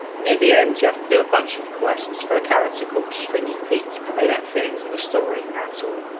near the end, you have to do a bunch of quests for a character called stringy pete and they don't fit into the story at so